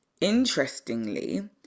interestingly